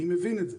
אני מבין את זה.